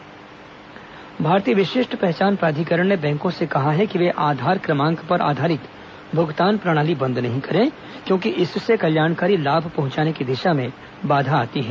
UIDAI भारतीय विशिष्ट पहचान प्राधिकरण ने बैंकों से कहा है कि वे आधार क्रमांक पर आधारित भुगतान प्रणाली बंद नहीं करें क्योंकि इससे कल्याणकारी लाभ पहंचाने की दिशा में बाधा आ सकती है